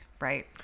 right